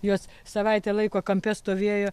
juos savaitę laiko kampe stovėjo